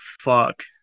fuck